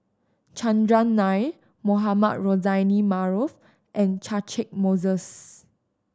Chandran Nair Mohamed Rozani Maarof and Catchick Moses